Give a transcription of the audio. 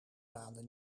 maanden